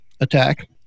attack